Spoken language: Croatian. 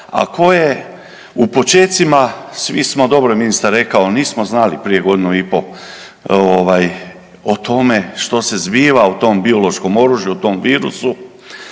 a koje u počecima svi smo, dobro je ministar rekao nismo znali prije godinu i po ovaj o tome što se zbiva, o tom biološkom oružju, o tom virusu